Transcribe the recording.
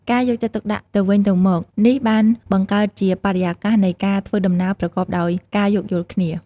ការយកចិត្តទុកដាក់ទៅវិញទៅមកនេះបានបង្កើតជាបរិយាកាសនៃការធ្វើដំណើរប្រកបដោយការយោគយល់គ្នា។